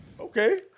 Okay